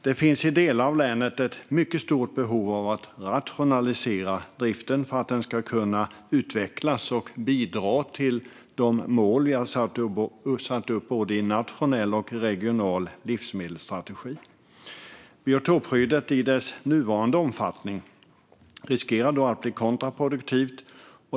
Det finns i delar av länet ett mycket stort behov av att rationalisera driften för att den ska kunna utvecklas och bidra till de mål vi har satt upp i både nationell och regional livsmedelsstrategi. Biotopskyddet i sin nuvarande omfattning riskerar då att bli kontraproduktivt.